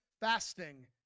fasting